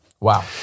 Wow